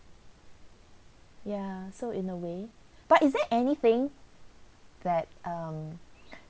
ya so in a way but is there anything that um